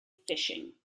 fishing